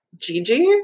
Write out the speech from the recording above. Gigi